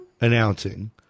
announcing